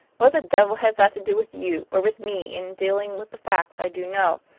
what the devil has that to do with you, or with me in dealing with the facts i do know?